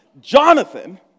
Jonathan